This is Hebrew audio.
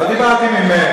לא דיברתי ממך.